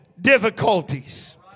difficulties